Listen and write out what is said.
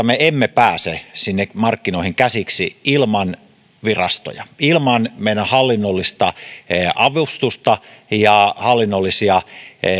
me emme pääse sinne markkinoihin käsiksi ilman virastoja ilman meidän hallinnollista avustusta ja hallinnollisia